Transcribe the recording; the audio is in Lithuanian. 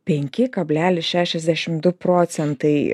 penki kablelis šešiasdešimt du procentai